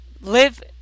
live